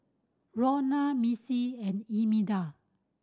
Rhona Missy and Imelda